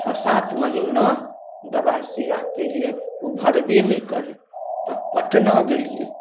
छओ सात महीना दबाइ सूइयाँ कयलियै उ भरबे नहि करय तब पटना गेलियै